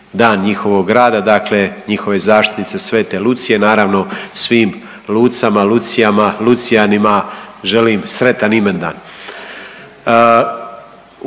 Dan njihovog grada, dakle njihove zaštitnice Svete Lucije. Naravno svim Lucama, Lucijama, Lucijanima želim sretan imendan.